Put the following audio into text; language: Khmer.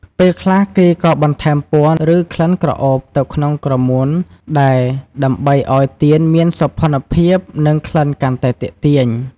ពេលខ្លះ គេក៏បន្ថែមពណ៌ ឬក្លិនក្រអូបទៅក្នុងក្រមួនដែរដើម្បីឲ្យទៀនមានសោភ័ណភាព និងក្លិនកាន់តែទាក់ទាញ ។